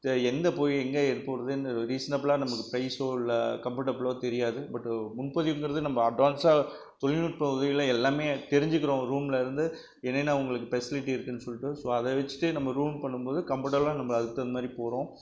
எங்கே போய் எங்கே இறக்கிவுட்றதுன்னு ரீசனபிளாக நமக்கு ப்ரைச்ஸோ இல்லை கம்போடபிளாகவும் தெரியாது முன்பதிவுங்கறது நம்ப அட்வான்ஸாக தொழிநுட்ப உதவிகளை எல்லாமே தெரிஞ்சிக்கறோம் ஒரு ரூம்லந்து என்னென்ன உங்களுக்கு ஃபெசிலிட்டி இருக்குன்னு சொல்லிவிட்டு ஸோ அதை வச்சிட்டே நம்ம ரூம் புக் பண்ணும்போது கம்போடபிளாக நம்ப அதுக்கு தகுந்த மாதிரி போகிறோம்